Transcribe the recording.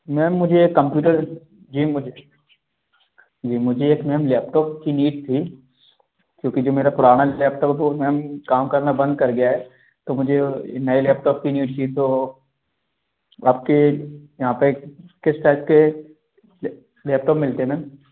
ma'am मुझे एक computer जी मुझे जी मुझे एक मैम लैपटॉप की नीड थी क्यूँकि जो मेरा पुराना लैपटॉप है वो मैम काम करना बंद कर गया है तो मुझे नए लैपटॉप की नीड थी तो आपके यहाँ पर किस टाइप के लैपटॉप मिलते है मैम